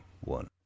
one